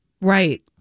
Right